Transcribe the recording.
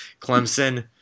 Clemson